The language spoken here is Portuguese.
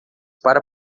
para